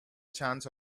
chance